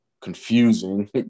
confusing